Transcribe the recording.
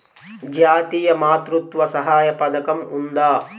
జాతీయ మాతృత్వ సహాయ పథకం ఉందా?